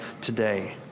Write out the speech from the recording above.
today